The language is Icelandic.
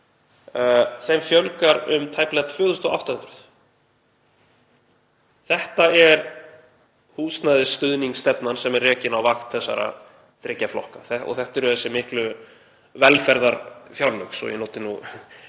fjölgar um tæplega 2.800. Þetta er húsnæðisstuðningsstefnan sem er rekin á vakt þessara þriggja flokka. Þetta eru þessi miklu velferðarfjárlög, svo ég noti nú það